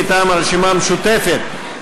מטעם הרשימה המשותפת,